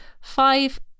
five